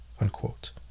unquote